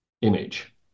image